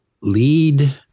lead